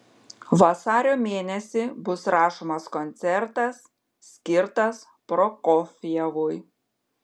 vasario mėnesį bus rašomas koncertas skirtas prokofjevui